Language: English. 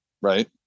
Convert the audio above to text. right